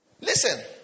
Listen